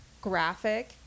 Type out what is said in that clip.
graphic